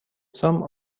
some